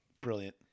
brilliant